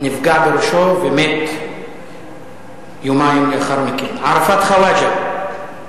נפגע בראשו ומת יומיים לאחר מכן, ערפאת חוואג'ה,